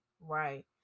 right